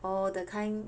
or the kind